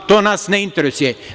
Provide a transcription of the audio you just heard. To nas ne interesuje.